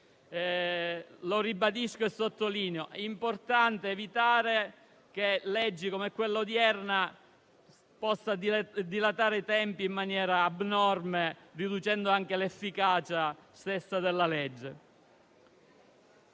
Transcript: lo ribadisco e sottolineo anche io: è importante evitare che leggi come quella odierna possano dilatare i tempi in maniera abnorme, riducendo anche l'efficacia stessa delle norme.